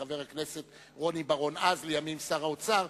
אז חבר הכנסת רוני בר-און, לימים שר האוצר,